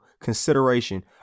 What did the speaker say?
consideration